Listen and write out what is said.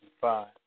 five